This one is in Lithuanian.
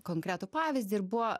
konkretų pavyzdį ir buvo